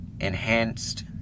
enhanced